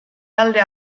talde